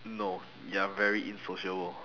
no you're very insociable